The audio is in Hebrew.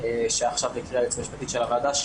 שעכשיו הקריאה היועצת המשפטית של הוועדה.